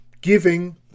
giving